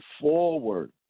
forward